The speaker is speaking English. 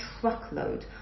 truckload